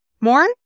More